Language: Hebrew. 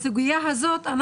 בסוגיה הזאת,